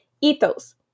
Ethos